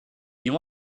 you